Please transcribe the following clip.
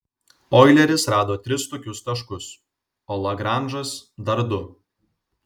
oileris rado tris tokius taškus o lagranžas dar du